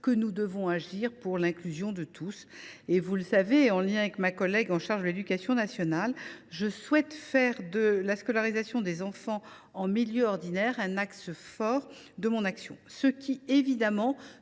que nous devons agir pour l’inclusion de tous. Vous le savez, en lien avec ma collègue chargée de l’éducation nationale, je souhaite faire de la scolarisation des enfants en milieu ordinaire un axe fort de mon action. Cela suppose